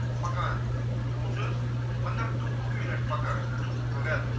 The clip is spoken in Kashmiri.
پَکان بہٕ اوسُس پَندہ ٹُہ وُہ مِنَٹ پَکان مگر